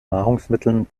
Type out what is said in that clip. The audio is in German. nahrungsmitteln